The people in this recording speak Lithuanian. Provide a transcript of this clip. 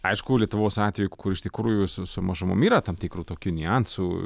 aišku lietuvos atveju kur iš tikrųjų su su mažumom yra tam tikrų tokių niuansų